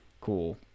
Cool